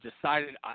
Decided